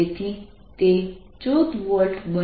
તેથી તે 14 વોલ્ટ બને છે